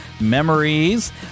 memories